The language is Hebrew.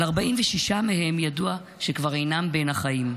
על 46 מהם ידוע שכבר אינם בין החיים,